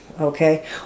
Okay